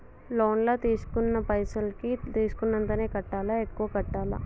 Loan లా తీస్కున్న పైసల్ కి తీస్కున్నంతనే కట్టాలా? ఎక్కువ కట్టాలా?